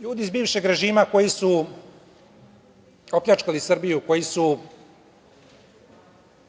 ljudi iz bivšeg režima koji su opljačkali Srbiju, koji su